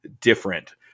different